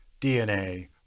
DNA